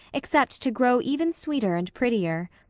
except to grow even sweeter and prettier.